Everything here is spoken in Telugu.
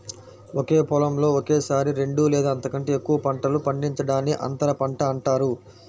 ఒకే పొలంలో ఒకేసారి రెండు లేదా అంతకంటే ఎక్కువ పంటలు పండించడాన్ని అంతర పంట అంటారు